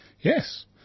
Yes